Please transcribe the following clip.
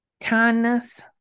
kindness